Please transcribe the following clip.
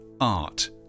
art